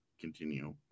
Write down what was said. continue